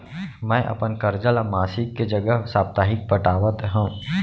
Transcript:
मै अपन कर्जा ला मासिक के जगह साप्ताहिक पटावत हव